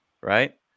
right